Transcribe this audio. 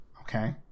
okay